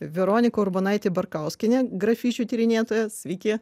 veronika urbonaitė barkauskienė grafičių tyrinėtoja sveiki